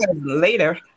later